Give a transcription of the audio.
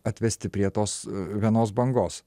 atvesti prie tos vienos bangos